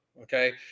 okay